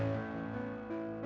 and